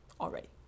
already